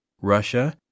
Russia